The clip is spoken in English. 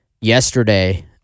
yesterday